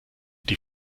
die